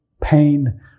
pain